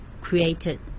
created